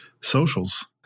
socials